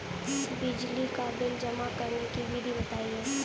बिजली का बिल जमा करने की विधि बताइए?